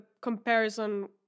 comparison